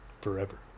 forever